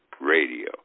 radio